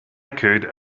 could